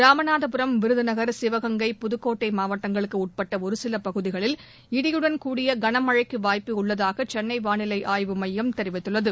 ராமநாதபுரம் விருதுநகர் சிவகங்கை புதுக்கோட்டை மாவட்டங்களுக்கு உட்பட்ட ஒருசில பகுதிகளில் இடியுடன் கூடிய கனமழைக்கு வாய்ப்பு உள்ளதாக சென்னை வானிலை ஆய்வு மையம் தெரிவித்துள்ளது